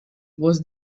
was